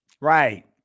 Right